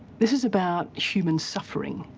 this is about human suffering.